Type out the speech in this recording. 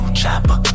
chopper